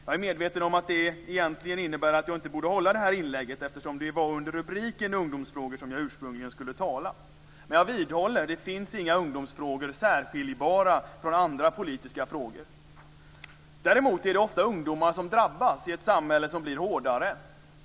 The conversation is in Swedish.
Jag är medveten om att det egentligen innebär att jag inte borde hålla det här inlägget, eftersom det var under rubriken ungdomsfrågor som jag ursprungligen skulle tala. Men jag vidhåller att det inte finns några ungdomsfrågor som är särskiljbara från andra politiska frågor. Däremot är det ofta ungdomar som drabbas i ett samhälle som blir hårdare.